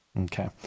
Okay